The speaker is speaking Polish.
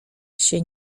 się